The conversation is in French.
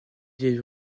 huit